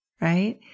Right